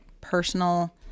personal